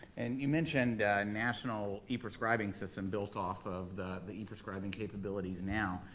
and you mentioned a national e-prescribing system built off of the e-prescribing capabilities now.